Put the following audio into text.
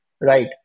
Right